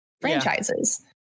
franchises